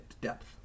depth